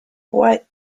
what